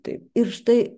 taip ir štai